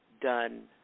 done